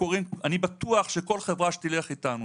אני בטוח שכל חברה שתלך איתנו